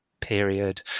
period